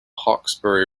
hawkesbury